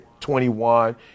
21